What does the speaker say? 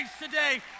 today